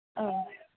औ